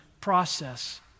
process